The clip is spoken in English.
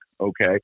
okay